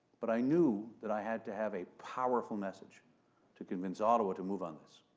but i knew that i had to have a powerful message to convince ottawa to move on this,